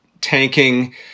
tanking